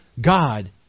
God